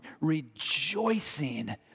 rejoicing